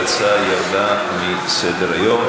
ההצעה ירדה מסדר-היום.